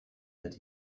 that